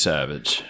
Savage